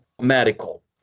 medical